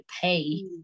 pay